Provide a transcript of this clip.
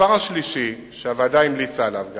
הדבר השלישי, שהוועדה המליצה עליו גם,